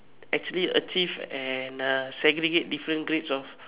actually achieve and uh segregate different grades of